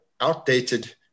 outdated